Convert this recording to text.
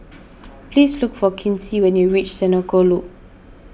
please look for Kinsey when you reach Senoko Loop